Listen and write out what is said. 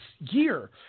year